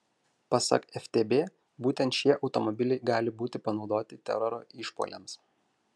pasak ftb būtent šie automobiliai gali būti panaudoti teroro išpuoliams